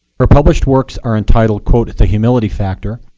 her published works are entitled, quote, the humility factor,